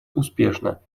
успешно